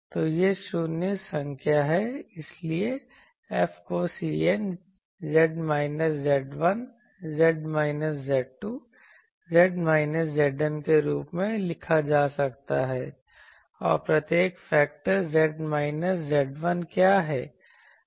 तो यह शून्य संख्या है इसलिए F को CN Z minus Z1 Z minus Z2 Z minus ZN के रूप में लिखा जा सकता है और प्रत्येक फेक्टर Z माइनस Z1 क्या है